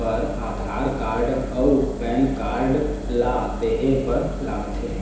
बर आधार कार्ड अउ PAN card ला देहे बर लागथे